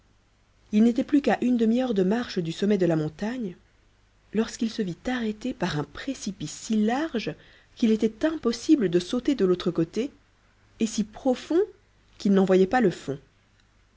il n'était plus qu'à une demi-heure de marche du sommet de la montagne lorsqu'il se vit arrêté par un précipice si large qu'il était impossible de sauter de l'autre côté et si profond qu'il n'en voyait pas le fond